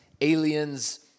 aliens